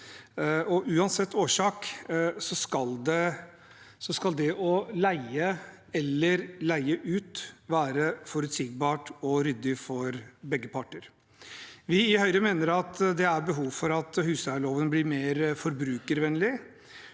Uansett årsak skal det å leie eller leie ut være forutsigbart og ryddig for begge parter. Vi i Høyre mener det er behov for at husleieloven blir mer forbrukervennlig,